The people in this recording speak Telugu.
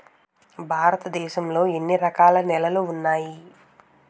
భారతదేశం లో ఎన్ని రకాల నేలలు ఉన్నాయి?